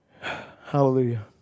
Hallelujah